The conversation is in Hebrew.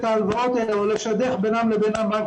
ההלוואות האלה או לשדך ביניהם לביניהם.